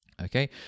Okay